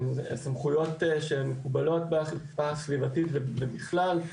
סמכויות שמקובלות באכיפה סביבתית ובכלל.